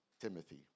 Timothy